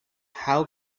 how